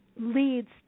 leads